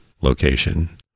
location